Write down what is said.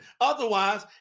Otherwise